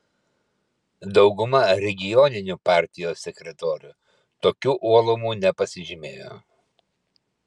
dauguma regioninių partijos sekretorių tokiu uolumu nepasižymėjo